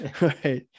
Right